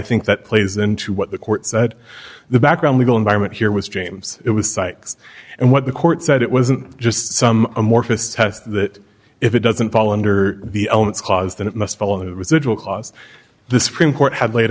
think that plays into what the court said the background legal environment here was james it was psychs and what the court said it wasn't just some amorphous test that if it doesn't fall under the elements cause then it must follow the residual clause the supreme court had laid